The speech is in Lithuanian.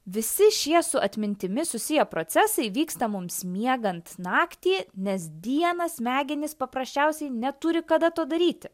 visi šie su atmintimi susiję procesai vyksta mums miegant naktį nes dieną smegenys paprasčiausiai neturi kada to daryti